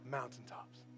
mountaintops